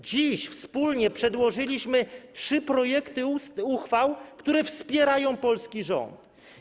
Dziś wspólnie przedłożyliśmy trzy projekty uchwał, które wspierają polski rząd.